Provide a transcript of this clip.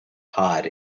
pod